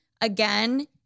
Again